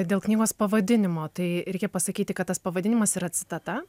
dėl knygos pavadinimo tai reikia pasakyti kad tas pavadinimas yra citata